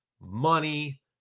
money